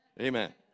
Amen